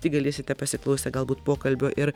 tik galėsite pasiklausę galbūt pokalbio ir